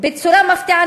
בצורה מפתיעה,